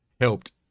helped